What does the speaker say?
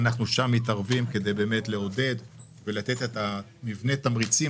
- שם אנחנו מתערבים כדי לעודד ולתת מבנה תמריצים